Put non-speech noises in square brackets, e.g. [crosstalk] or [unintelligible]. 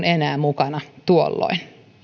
[unintelligible] enää mukana tuolloin